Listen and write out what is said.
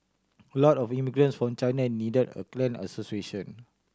a lot of immigrants from China and needed a clan association